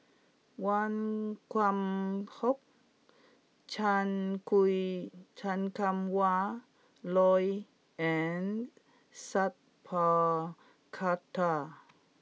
Wan Kam Fook Chan Kum Wah Roy and Sat Pal Khattar